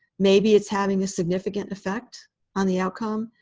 maybe it's having a significant effect on the outcome.